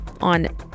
on